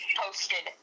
posted